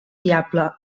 diable